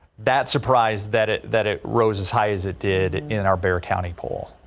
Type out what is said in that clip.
that surprised that it that it rose as high as it did in our bexar county poll.